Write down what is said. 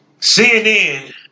CNN